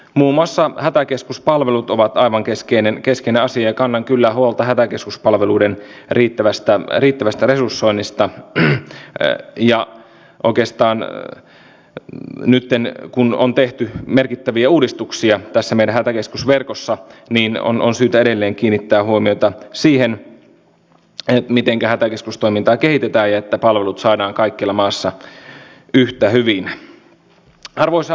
emu maissa hätäkeskuspalvelut ovat aivan keskeinen kesken asia kannan kyllä huolta sitten mihinkähän minä vielä kerkiäisin vastata no vielä tästä kritiikistä liittyen tähän digitalisaatioon minä sanon että näin on ollut mutta se kapa eli kansallinen palveluarkkitehtuuri ja uudet linjaukset nyt tulevat kyllä tätä pienentämään